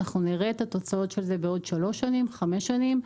אנחנו נראה את התוצאות של זה בעוד שלוש-חמש שנים.